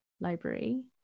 library